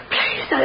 Please